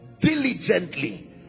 diligently